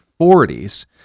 40s